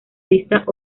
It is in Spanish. listas